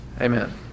Amen